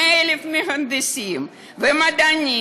100,000 מהנדסים ומדענים